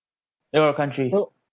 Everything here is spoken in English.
in our country